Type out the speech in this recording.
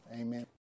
Amen